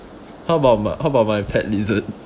how about my how about my pet lizard